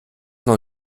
noch